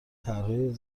طرحهای